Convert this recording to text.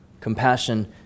compassion